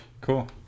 Cool